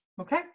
Okay